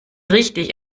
richtig